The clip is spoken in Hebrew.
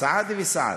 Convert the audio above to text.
סעדי וסעד.